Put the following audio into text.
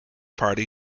party